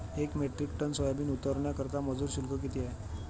एक metric ton soybean उतरवण्याकरता मजूर शुल्क किती आहे?